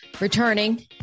returning